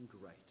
great